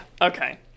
Okay